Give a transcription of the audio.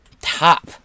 top